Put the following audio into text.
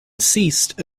ceased